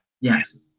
Yes